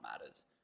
matters